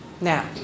Now